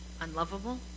unlovable